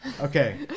Okay